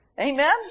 Amen